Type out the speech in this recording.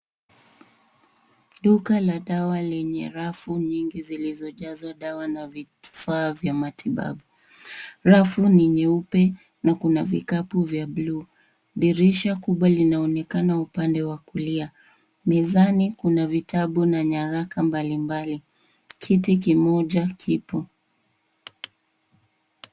Duka la dawa lenye rafu nyingi zilizojazwa dawa na vifaa vya matibabu. Rafu ni nyeupe na kuna vikapu vya bluu . Dirisha kubwa linaonekana upandew wa kulia. Mezani kuna vitabu na nyaraka mbalimbali. Kiti kimoja kipo.